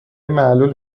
معلول